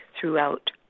throughout